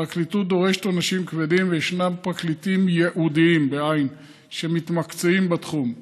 הפרקליטות דורשת עונשים כבדים וישנם פרקליטים ייעודיים שמתמקצעים בתחום.